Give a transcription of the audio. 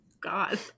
God